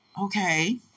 okay